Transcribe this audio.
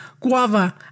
guava